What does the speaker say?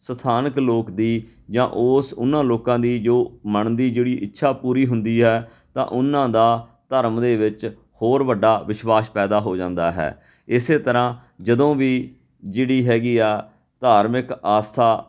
ਸਥਾਨਕ ਲੋਕ ਦੀ ਜਾਂ ਉਸ ਉਨ੍ਹਾਂ ਲੋਕਾਂ ਦੀ ਜੋ ਮਨ ਦੀ ਜਿਹੜੀ ਇੱਛਾ ਪੂਰੀ ਹੁੰਦੀ ਹੈ ਤਾਂ ਉਹਨਾਂ ਦਾ ਧਰਮ ਦੇ ਵਿੱਚ ਹੋਰ ਵੱਡਾ ਵਿਸ਼ਵਾਸ ਪੈਦਾ ਹੋ ਜਾਂਦਾ ਹੈ ਇਸ ਤਰ੍ਹਾਂ ਜਦੋਂ ਵੀ ਜਿਹੜੀ ਹੈਗੀ ਆ ਧਾਰਮਿਕ ਆਸਥਾ